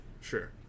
Sure